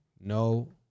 No